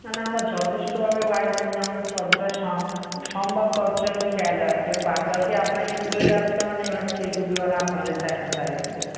না না আমরা যথেষ্টভাবে বাড়িতে মানে যে আমাদের যতটা সম্ভব ততটাই ওর খেয়াল রাখি আর বাদবাকি আপনার স্কুলে যাচ্ছে মানে এবার সেটুকু এবার আপনাদের দেখার দায়িত্ব